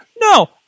no